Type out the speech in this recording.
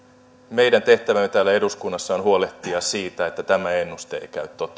meidän tehtävämme täällä eduskunnassa on huolehtia siitä että tämä ennuste ei